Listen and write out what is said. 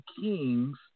Kings